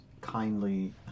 kindly